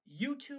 YouTube